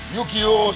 Yukio